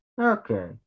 Okay